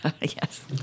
Yes